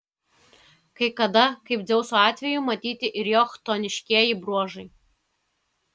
kai kada kaip dzeuso atveju matyti ir jo chtoniškieji bruožai